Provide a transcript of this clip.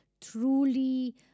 truly